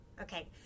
Okay